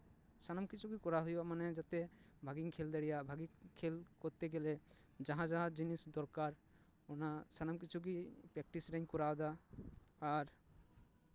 ᱥᱟᱱᱟᱢ ᱠᱤᱪᱷᱩ ᱜᱮ ᱠᱚᱨᱟᱣ ᱦᱩᱭᱩᱜᱼᱟ ᱡᱟᱛᱮ ᱢᱟᱱᱮ ᱵᱷᱟᱹᱜᱤᱧ ᱠᱷᱮᱞ ᱫᱟᱲᱮᱭᱟᱜ ᱵᱷᱟᱹᱜᱤ ᱠᱷᱮᱞ ᱠᱚᱨᱛᱮ ᱜᱮᱞᱮ ᱡᱟᱦᱟᱸ ᱡᱟᱦᱟᱸ ᱡᱤᱱᱤᱥ ᱫᱚᱨᱠᱟᱨ ᱚᱱᱟ ᱥᱟᱱᱟᱢ ᱠᱤᱪᱷᱩ ᱜᱮ ᱯᱨᱮᱠᱴᱤᱥ ᱨᱤᱧ ᱠᱚᱨᱟᱣᱫᱟ ᱟᱨ